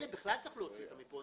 את אלה בכלל צריך להוציא מפה.